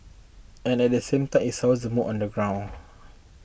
and at the same time it sours the mood on the ground